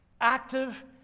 active